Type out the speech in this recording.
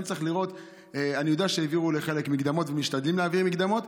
אני יודע שהעבירו לחלק מקדמות ומשתדלים להעביר מקדמות,